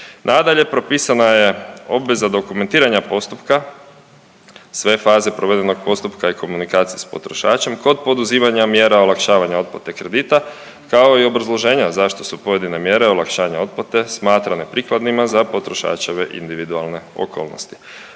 Nadalje, propisana je obveza dokumentiranja postupka. Sve faze provedenog postupka i komunikacije s potrošačem, kod poduzimanja mjera olakšavanja otplate kredita, kao i obrazloženja zašto su pojedine mjere olakšanja otplate smatrane prikladnima za potrošačeve individualne okolnosti.